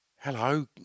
Hello